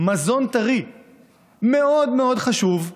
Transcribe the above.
מזון טרי מאוד מאוד חשוב,